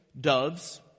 doves